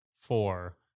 four